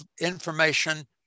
information